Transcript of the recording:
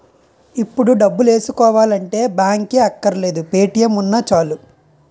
ఇప్పుడు డబ్బులేసుకోవాలంటే బాంకే అక్కర్లేదు పే.టి.ఎం ఉన్నా చాలు